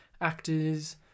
actors